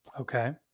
Okay